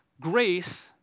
grace